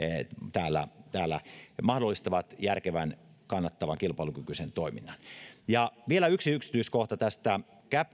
täällä täällä mahdollistavat järkevän kannattavan kilpailukykyisen toiminnan ja vielä yksi yksityiskohta tästä